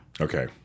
Okay